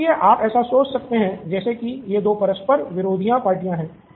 इसलिए आप ऐसा सोच सकते हैं जैसे की ये दो परस्पर विरोधी पार्टियां हैं